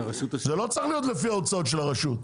זה לא צריך להיות לפי ההוצאות של הרשות.